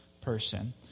person